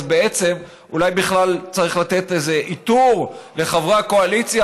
אז בעצם אולי בכלל צריך לתת איזה עיטור לחברי הקואליציה,